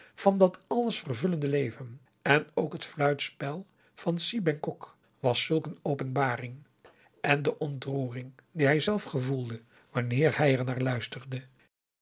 van dat alles vervullende leven en ook het fluitspel van si bengkok was zulk een openbaring en de ontroering die hij zelf gevoelde wanneer hij er naar luisterde